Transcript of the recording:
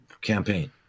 campaign